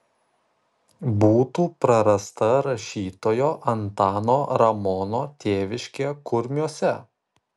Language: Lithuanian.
būtų prarasta rašytojo antano ramono tėviškė kurmiuose